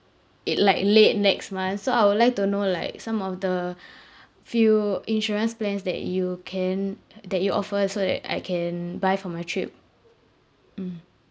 it like late next month so I would like to know like some of the few insurance plans that you can that you offer so that I can buy for my trip mm